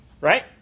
right